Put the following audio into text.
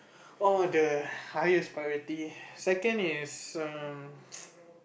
oh the highest priority second is um